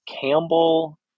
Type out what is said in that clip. Campbell